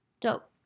Dope